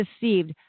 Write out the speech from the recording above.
deceived